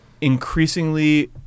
increasingly